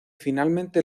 finalmente